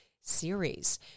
series